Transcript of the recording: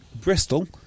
Bristol